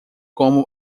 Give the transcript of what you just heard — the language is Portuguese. como